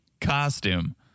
costume